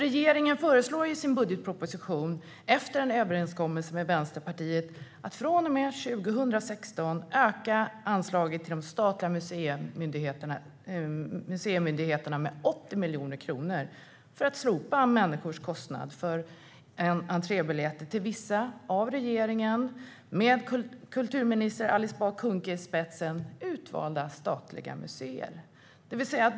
Regeringen föreslår i sin budgetproposition efter en överenskommelse med Vänsterpartiet att från och med 2016 öka anslaget till de statliga museimyndigheterna med 80 miljoner kronor för att slopa människors kostnad för entrébiljett till vissa statliga museer utvalda av regeringen med kulturminister Alice Bah Kuhnke i spetsen.